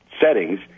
settings